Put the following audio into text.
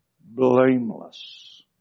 Blameless